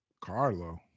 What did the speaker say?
Carlo